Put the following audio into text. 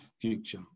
future